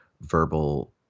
verbal